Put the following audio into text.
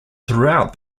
throughout